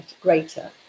greater